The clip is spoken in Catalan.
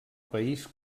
país